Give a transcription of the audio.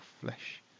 flesh